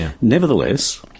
Nevertheless